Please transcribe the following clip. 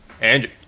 Andrew